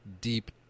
deep